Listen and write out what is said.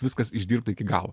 viskas išdirbta iki galo